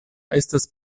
estas